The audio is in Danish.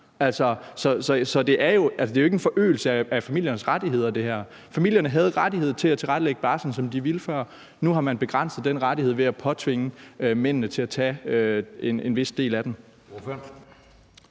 her er jo ikke en forøgelse af familiernes rettigheder. Familierne havde ret til at tilrettelægge barslen, som de ville før, men nu har man begrænset den rettighed ved at påtvinge mændene at tage en vis del af den.